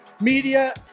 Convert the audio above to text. Media